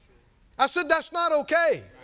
i said that's not okay.